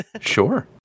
Sure